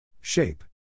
Shape